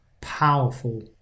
powerful